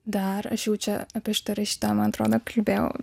dar aš jau čia apie šitą rašytoją man atrodo kalbėjau